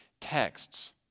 texts